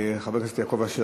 וגם חבר הכנסת יעקב אשר.